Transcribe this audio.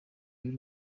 y’u